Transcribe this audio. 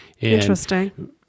Interesting